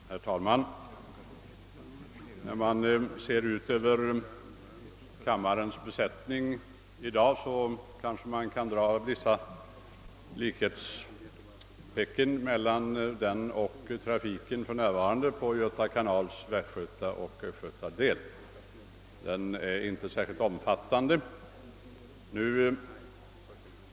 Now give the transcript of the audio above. Herr talman! När man ser ut över den glest besatta kammaren i dag tycker man sig kunna dra vissa paralleller med trafiken på Göta kanals västgötaoch östgötadel; den är inte särskilt omfattande.